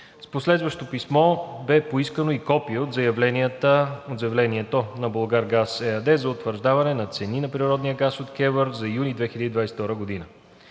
С последващо писмо бе поискано и копие от заявлението на „Булгаргаз“ ЕАД за утвърждаване на цени на природния газ от КЕВР за юни 2022 г.